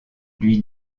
lui